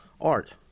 art